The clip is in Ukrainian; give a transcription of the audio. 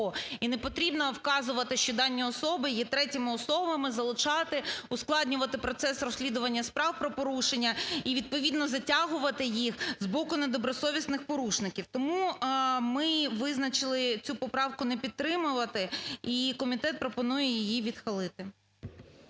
І непотрібно вказувати, що дані особи є третіми особами, залучати, ускладнювати процес розслідування справ про порушення і відповідно затягувати їх з боку недобросовісних порушників. Тому ми визначили цю поправку не підтримувати, і комітет пропонує її відхилити.